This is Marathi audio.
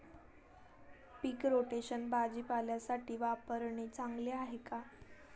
पीक रोटेशन भाजीपाल्यासाठी वापरणे चांगले आहे का?